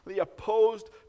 opposed